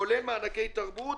כולל מענקי תרבות,